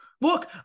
Look